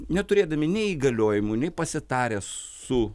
neturėdami nei įgaliojimų nei pasitarę su